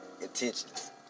Intentions